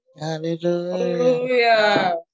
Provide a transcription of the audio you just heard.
Hallelujah